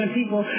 people